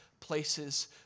places